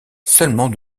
seulement